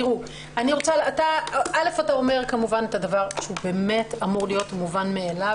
אתה אומר כמובן את הדבר שהוא באמת אמור להיות מובן מאליו.